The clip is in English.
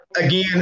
again